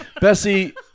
Bessie